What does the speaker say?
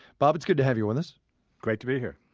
bob, it's good to have you with us great to be here.